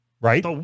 right